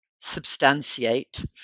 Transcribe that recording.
substantiate